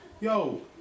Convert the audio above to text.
yo